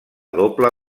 doble